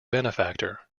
benefactor